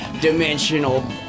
dimensional